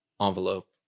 envelope